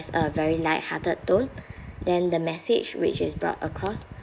has a very lighthearted tone then the message which is brought across